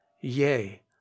Yea